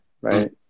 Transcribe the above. right